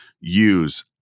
use